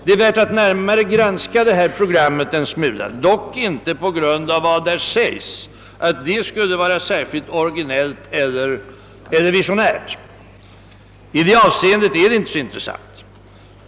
Det är värt att närmare granska det programmet en smula, dock inte därför att det som där säges skulle vara särskilt originellt eller visionärt. I det avseendet är programmet inte så intressant.